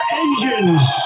engines